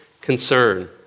concern